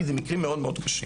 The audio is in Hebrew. כי אלה מקרים מאוד קשים.